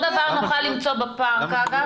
את אותו דבר נוכל למצוא בפארק, אגב.